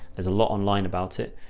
there's a lot online about it.